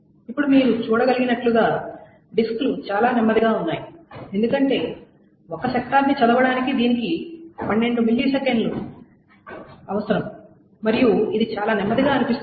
ఇప్పుడు మీరు చూడగలిగినట్లుగా డిస్కులు చాలా నెమ్మదిగా ఉన్నాయి ఎందుకంటే ఒక సెక్టార్ని చదవడానికి దీనికి 12ms అవసరం మరియు ఇది చాలా నెమ్మదిగా అనిపిస్తుంది